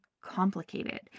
complicated